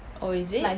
oh is it